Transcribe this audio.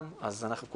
עד אז אנחנו נתקן